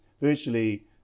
virtually